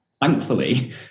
thankfully